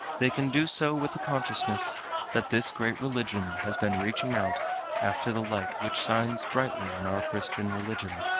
they can do so with the consciousness that this great religion has been reaching out after the light which shines brightly in our christian religion.